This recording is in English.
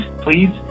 please